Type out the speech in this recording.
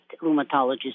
rheumatologist